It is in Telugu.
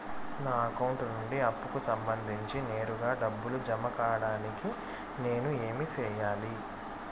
నా అకౌంట్ నుండి అప్పుకి సంబంధించి నేరుగా డబ్బులు జామ కావడానికి నేను ఏమి సెయ్యాలి?